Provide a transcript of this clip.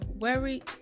worried